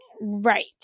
Right